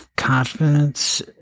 confidence